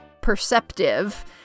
perceptive